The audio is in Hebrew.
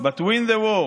but win the war.